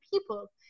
people